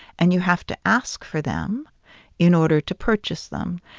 and you have to ask for them in order to purchase them.